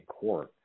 court